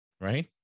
right